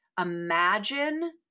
imagine